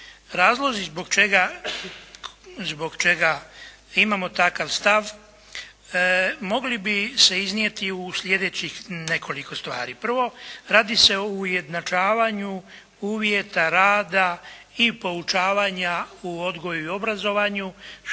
Razlozi zbog čega imamo takav stav mogli bi se iznijeti u slijedećih nekoliko stvari. Prvo radi se o ujednačavanju uvjeta rada i poučavanja u odgoju i obrazovanju